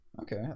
okay